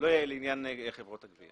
לעניין חברות הגבייה.